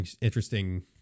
interesting